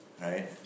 right